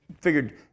figured